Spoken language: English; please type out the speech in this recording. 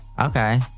Okay